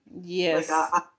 Yes